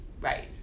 Right